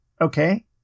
Okay